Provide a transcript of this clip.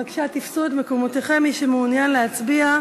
בבקשה, תפסו את מקומותיכם, מי שמעוניין להצביע.